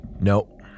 No